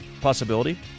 possibility